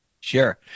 Sure